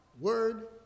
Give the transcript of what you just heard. word